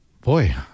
Boy